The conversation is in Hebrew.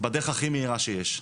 בדרך הכי מהירה שיש.